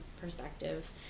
perspective